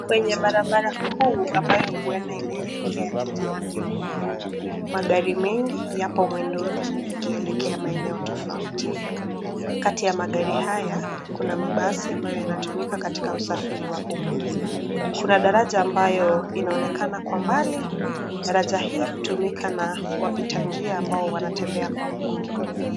Kwenye barabara kuu ambayo huenda imeelekea jiji la Nairobi, magari mengi yapo mwendoni yakielekea maeneo tofauti kati ya magari haya kuna mabasi ambayo yanatumika katika usafiri wa uma. Kuna daraja ambayo inaonekana kwa mbali, daraja hii inatumika na wapita njia ambao wanatembea kwa mguu.